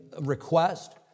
request